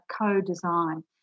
co-design